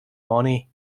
money